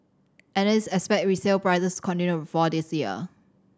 analysts expect resale prices continue to fall this year